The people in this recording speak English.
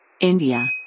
India